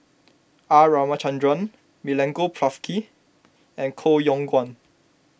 R Ramachandran Milenko Prvacki and Koh Yong Guan